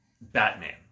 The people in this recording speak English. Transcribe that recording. Batman